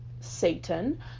Satan